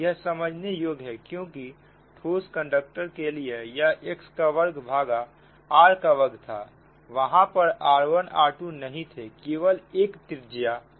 यह समझने योग्य है क्योंकि ठोस कंडक्टर के लिए यह x का वर्ग भागा r का वर्ग था वहां पर r1 r2 नहीं थे केवल एक त्रिज्या r थी